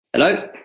hello,